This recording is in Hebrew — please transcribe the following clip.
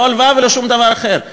לא הלוואה ולא שום דבר אחר,